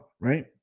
right